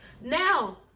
Now